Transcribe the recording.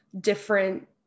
different